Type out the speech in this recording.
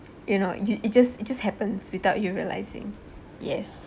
you know you it just it just happens without you realising yes